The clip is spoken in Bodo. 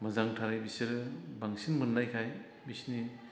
मोजांथारै बिसोरो बांसिन मोननायखाय बिसोरनि